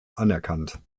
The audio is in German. anerkannt